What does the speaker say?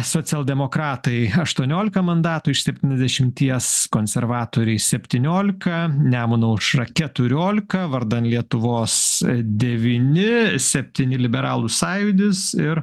socialdemokratai aštuoniolika mandatų iš septyniasdešimties konservatoriai septyniolika nemuno aušra keturiolika vardan lietuvos devyni septyni liberalų sąjūdis ir